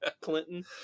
Clinton